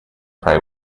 prey